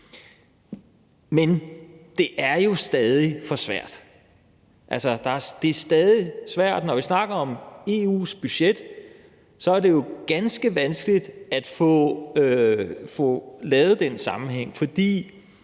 det er stadig svært. Når vi snakker om EU's budget, er det ganske vanskeligt at få lavet den sammenhæng, fordi